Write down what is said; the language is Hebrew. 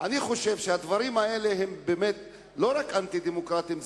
אני חושב שהדברים האלה לא רק אנטי-דמוקרטיים,